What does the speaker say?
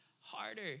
harder